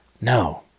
No